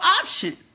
option